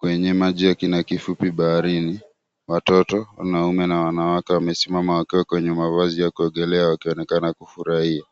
Kwenye maji ya kina kifupi baharini, watoto, wanaume na wanawake wamesimama wakiwa kwenye mavazi ya kuogelea wakionekana kufurahia.